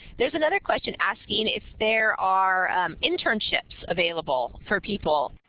there's another question asking if there are internships available for people